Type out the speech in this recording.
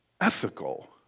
ethical